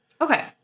Okay